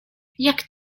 jak